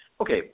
Okay